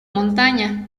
montaña